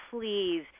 Please